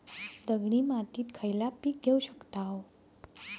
दगडी मातीत खयला पीक घेव शकताव?